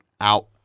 out